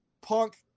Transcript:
punk